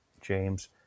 James